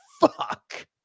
fuck